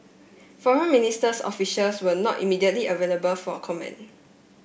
foreign ministers officials were not immediately available for a comment